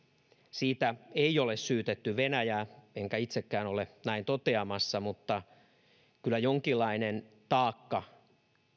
siitä ei ole syytetty venäjää enkä itsekään ole näin toteamassa mutta kyllä jonkinlainen taakka